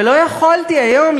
ולא יכולתי היום,